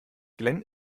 glenn